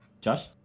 Josh